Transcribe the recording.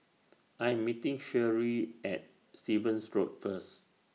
I Am meeting Sherree At Stevens Road First